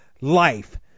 life